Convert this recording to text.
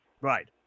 Right